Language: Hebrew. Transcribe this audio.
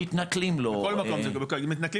--- במיקום הגיאוגרפי, שהוא לא נמצא